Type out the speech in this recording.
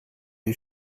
you